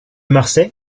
marsay